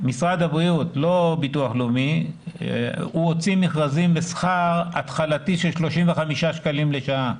הוא הוציא מכרזים בשכר התחלתי של 35 שקלים לשעה.